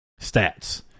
stats